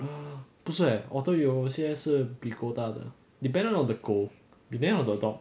err 不是 eh otter 有些是比狗大的 dependent on the 狗 depend on the dog